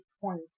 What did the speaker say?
point